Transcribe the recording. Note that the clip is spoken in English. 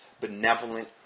benevolent